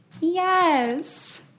yes